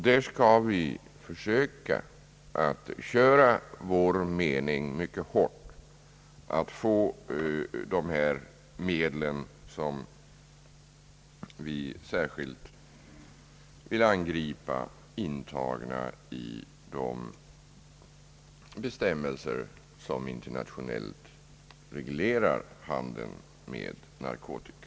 Där skall vi försöka driva vår mening mycket hårt för att få de medel, som vi särskilt vill tillgripa, intagna i de bestämmelser som internationellt reglerar handeln med narkotika.